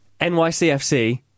NYCFC